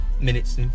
minutes